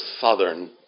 southern